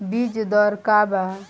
बीज दर का वा?